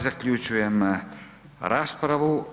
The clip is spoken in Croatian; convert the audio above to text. Zaključujem raspravu.